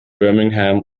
birmingham